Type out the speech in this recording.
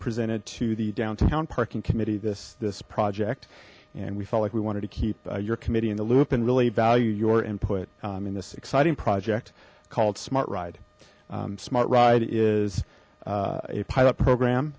presented to the downtown parking committee this this project and we felt like we wanted to keep your committee in the loop and really value your input in this exciting project called smart ride smart ride is a pilot program